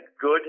good